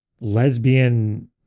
lesbian